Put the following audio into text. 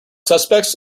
suspects